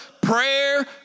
prayer